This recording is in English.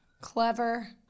Clever